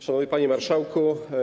Szanowny Panie Marszałku!